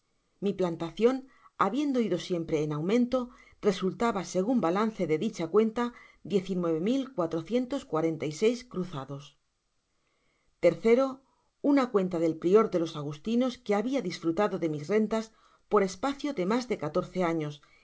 mi plantacion habiendo ido siempre en aumento resultaba segun balance de dicha cuenta diez y nueve mil cuatrocientos cuarenta y seis cruzados o una cuenta del prior de los agustinos que habia disfrutado de mis rentas por espacio de mas de catorce años y